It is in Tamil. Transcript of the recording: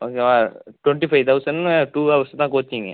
ஓகேவா டுவெண்ட்டி ஃபை தௌசண்னு டூ ஹவர்ஸ் தான் கோச்சிங்கு